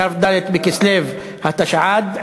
כ"ד בכסלו התשע"ד,